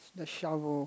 the shovel